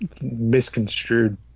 misconstrued